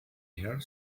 hair